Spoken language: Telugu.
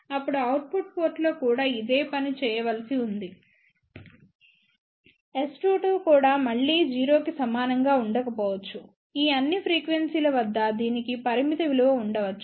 ఇప్పుడు అవుట్పుట్ పోర్టులో కూడా ఇదే పని చేయవలసి ఉంది S22 కూడా మళ్ళీ 0 కి సమానంగా ఉండకపోవచ్చు ఈ అన్ని ఫ్రీక్వెన్సీ ల వద్ద దీనికి పరిమిత విలువ ఉండవచ్చు